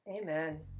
amen